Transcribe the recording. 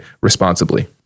responsibly